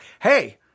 hey